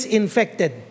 infected